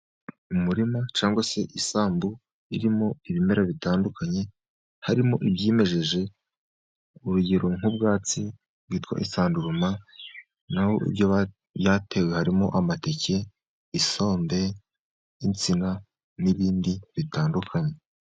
Umurima cyangwa se isambu irimo ibimera bitandukanye, harimo ibyimejeje, urugero nk'ubwatsi bwitwa isanduruma, n'aho ibyatewe harimo amateke, isombe, insina, n'ibindi bitandukanye.